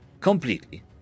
completely